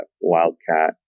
Wildcat